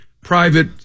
private